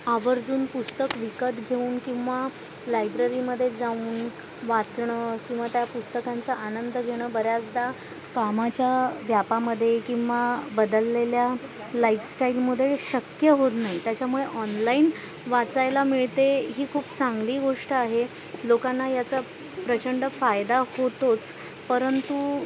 आवर्जून पुस्तक विकत घेऊन किंवा लायब्ररीमध्ये जाऊन वाचणं किंवा त्या पुस्तकांचा आनंद घेणं बऱ्याचदा कामाच्या व्यापामध्ये किंवा बदललेल्या लाईफस्टाईलमध्ये शक्य होत नाही त्याच्यामुळे ऑनलाईन वाचायला मिळते ही खूप चांगली गोष्ट आहे लोकांना याचा प्रचंड फायदा होतोच परंतु